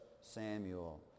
Samuel